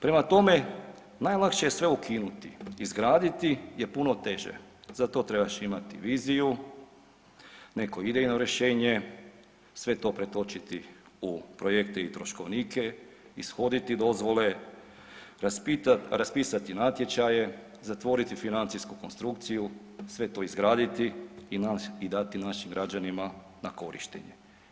Prema tome najlakše je sve ukinuti, izgraditi je puno teže, zato trebaš imati viziju , neko idejno rješenje i sve to pretočiti u projekte i troškovnike, ishoditi dozvole, raspisati natječaje, zatvoriti financijsku konstrukciju, sve to izgraditi i dati našim građanima na korištenje.